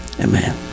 amen